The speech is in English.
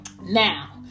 Now